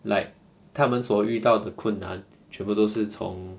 like 他们所遇到的困难全部都是从